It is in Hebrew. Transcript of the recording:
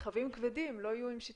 אולי אני לא יכולה